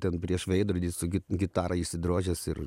ten prieš veidrodį su gitarą išsidrožęs ir